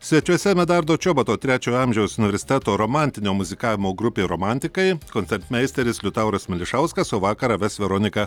svečiuose medardo čoboto trečiojo amžiaus universiteto romantinio muzikavimo grupė romantikai koncertmeisteris liutauras milišauskas o vakarą ves veronika